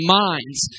minds